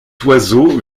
oiseau